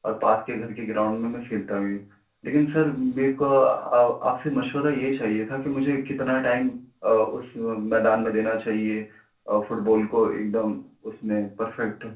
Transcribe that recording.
اور پاس کے گھر کے گراؤنڈ میں کھیلتا بھی ہوں لیکن سر میرے کو آپ سے مشورہ یہ چاہیے تھا کہ مجھے کتنا ٹائم اس میدان میں دینا چاہیے فٹ بال کو ایک دم اس میں پرفیکٹ